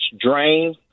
drain